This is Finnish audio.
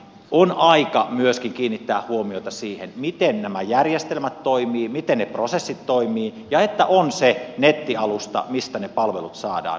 on aika myöskin kiinnittää huomiota siihen miten nämä järjestelmät toimivat miten ne prosessit toimivat ja että on se nettialusta mistä ne palvelut saadaan